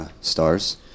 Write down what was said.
stars